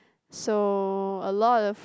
so a lot of